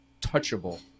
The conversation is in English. touchable